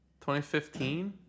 2015